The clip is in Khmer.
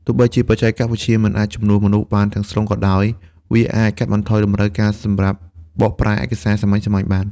ទោះបីជាបច្ចេកវិទ្យាមិនអាចជំនួសមនុស្សបានទាំងស្រុងក៏ដោយ វាអាចកាត់បន្ថយតម្រូវការសម្រាប់បកប្រែឯកសារសាមញ្ញៗបាន។